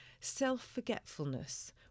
self-forgetfulness